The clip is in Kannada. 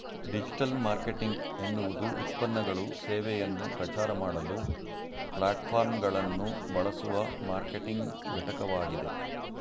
ಡಿಜಿಟಲ್ಮಾರ್ಕೆಟಿಂಗ್ ಎನ್ನುವುದುಉತ್ಪನ್ನಗಳು ಸೇವೆಯನ್ನು ಪ್ರಚಾರಮಾಡಲು ಪ್ಲಾಟ್ಫಾರ್ಮ್ಗಳನ್ನುಬಳಸುವಮಾರ್ಕೆಟಿಂಗ್ಘಟಕವಾಗಿದೆ